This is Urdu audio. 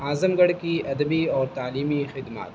اعظم گڑھ کی ادبی اور تعلیمی خدمات